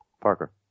Parker